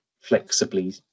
flexibly